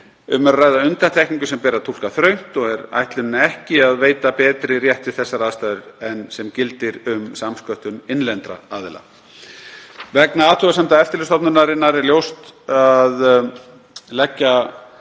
að ræða undantekningu sem ber að túlka þröngt og er ætlunin ekki að veita betri rétt við þessar aðstæður en sem gildir um samsköttun innlendra aðila. Vegna athugasemda eftirlitsstofnunarinnar er loks lagt